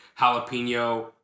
jalapeno